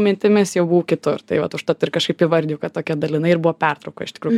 mintimis jau buvau kitur tai vat užtat ir kažkaip įvardijau kad tokia dalinai ir buvo pertrauka iš tikrųjų